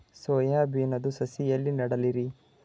Soya ಬಿನದು ಸಸಿ ಎಲ್ಲಿ ನೆಡಲಿರಿ?